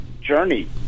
journey